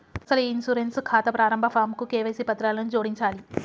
అసలు ఈ ఇన్సూరెన్స్ ఖాతా ప్రారంభ ఫాంకు కేవైసీ పత్రాలను జోడించాలి